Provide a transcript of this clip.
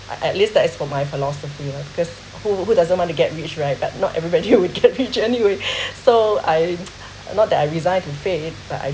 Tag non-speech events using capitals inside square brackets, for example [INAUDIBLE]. I at least that is for my philosophy uh because who who doesn't want to get rich right but not everybody will get rich anyway [BREATH] so I [NOISE] not that I resigned to pay but I